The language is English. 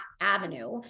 avenue